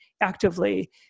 actively